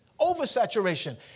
Oversaturation